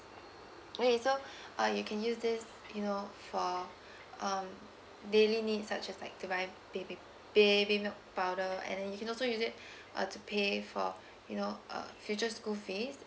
okay so uh you can use this you know for um daily needs such as like to buy baby baby milk powder and then you can also use it uh to pay for you know uh future school fees